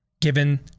given